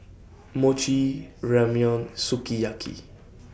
Mochi Ramyeon Sukiyaki